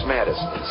Madison